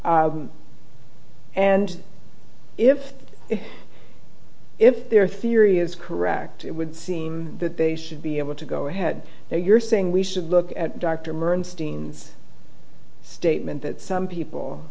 and if if their theory is correct it would seem that they should be able to go ahead now you're saying we should look at dr mearns dean's statement that some people